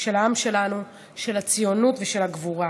של הציונות ושל הגבורה.